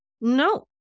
No